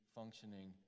functioning